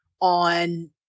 on